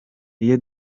iyo